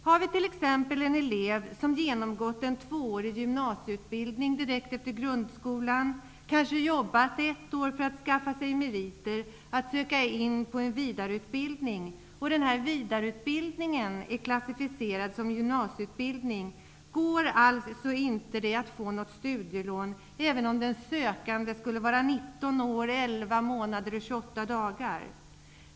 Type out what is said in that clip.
Har vi t.ex. en elev som genomgått en tvåårig gymnasieutbildning direkt efter grundskolan och som kanske jobbat ett år för att skaffa sig meriter för att söka in på en vidareutbildning och den vidareutbildningen är klassificerad som gymnasieutbildning går det alltså inte att få något studielån, även om den sökande skulle vara 19 år 11 månader och 28 dagar.